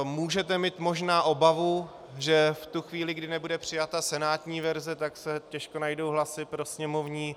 Můžete mít možná obavu, že v tu chvíli, kdy nebude přijata senátní verze, tak se těžko najdou hlasy pro sněmovní.